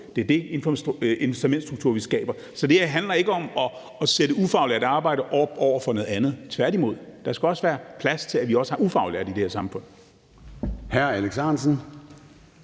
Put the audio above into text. Det er den incitamentsstruktur, vi skaber. Så det her handler ikke om at sætte ufaglært arbejde over for noget andet, tværtimod. Der skal være plads til, at vi også har ufaglærte i det her samfund. Kl.